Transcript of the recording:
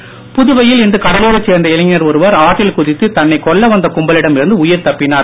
இளைஞ் புதுவையில் இன்று கடலூரைச் சேர்ந்த இளைஞர் ஒருவர் ஆற்றில் குதித்து தன்னை கொல்ல வந்த கும்பலிடம் இருந்து உயிர் தப்பினார்